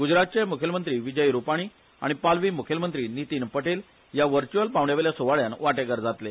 गुजरातचे मुखेलमंत्री विजय रूपाणी आनी पालवी मुखेलमंत्री नितीन पटेल या व्हर्च्युअल पावण्यावेल्या सुवाळ्यान वांटेकार जातले